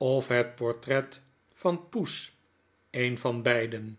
of het portret van poes een van beiden